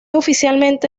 oficialmente